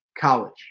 College